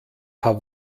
paar